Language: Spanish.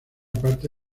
parte